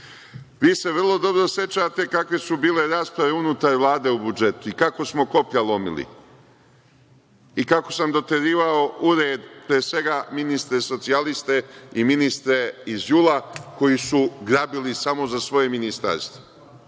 se vrlo dobro sećate kakve su bile rasprave unutar Vlade o budžetu i kako smo koplja lomili i kako sam doterivao u red, pre svega, ministre socijaliste i ministre iz JUL-a koji su grabili samo za svoja ministarstva.